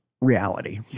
reality